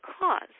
cause